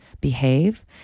behave